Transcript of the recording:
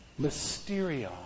Mysterion